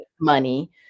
money